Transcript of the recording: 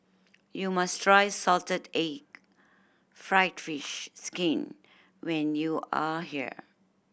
you must try salted egg fried fish skin when you are here